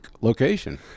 location